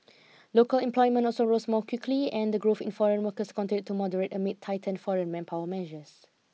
local employment also rose more quickly and the growth in foreign workers continued to moderate amid tightened foreign manpower measures